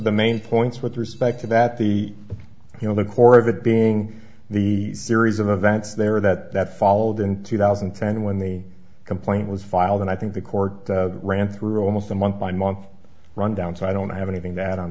the main points with respect to that the you know the core of it being the series of events there that that followed in two thousand and ten when the complaint was filed and i think the court ran through almost a month by month run down so i don't have anything that on